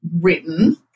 written